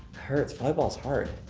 hurts. volleyball is hard.